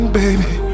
baby